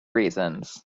reasons